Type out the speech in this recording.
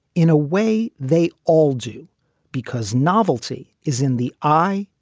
in a way they all do because novelty is in the eye,